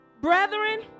brethren